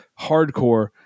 hardcore